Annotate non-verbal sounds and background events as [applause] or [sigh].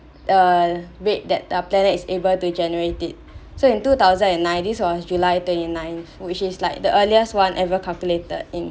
uh wait that our planet is able to generate it [breath] so in two thousand and nineteen on july twenty nine which is like the earliest one ever calculated in